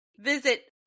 visit